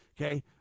Okay